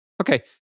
Okay